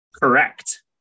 Correct